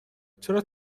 چرا